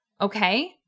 Okay